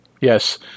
Yes